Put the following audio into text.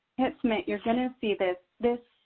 hit submit, you're going to see this, this